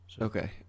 okay